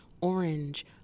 orange